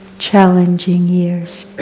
challenging years.